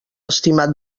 estimat